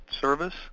service